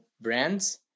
brands